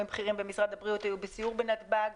בכירים במשרד הבריאות היו בסיור בנתב"ג,